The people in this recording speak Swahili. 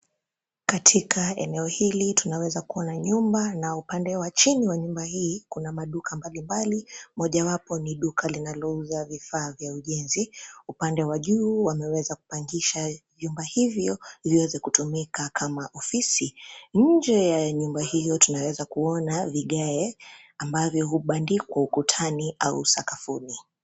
Katika eneo hili tunaweza kuona nyumba na upande wa chini wa nyumba hii kuna maduka mbalimbali, mojawapo ni duka linalouza vifaa vya ujenzi. Upande wa juu wameweza kupangisha vyumba hivyo viweze kutumika kama ofisi. Nje ya nyumba hiyo tunaweza kuona vigae ambavyo hubandikwa ukutani au sakafuni.